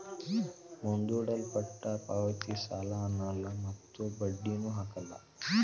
ಮುಂದೂಡಲ್ಪಟ್ಟ ಪಾವತಿ ಸಾಲ ಅನ್ನಲ್ಲ ಮತ್ತು ಬಡ್ಡಿನು ಹಾಕಲ್ಲ